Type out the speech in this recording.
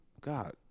God